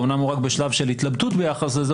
אמנם הוא רק בשלב של התלבטות ביחס לזה,